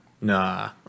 Nah